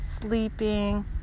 sleeping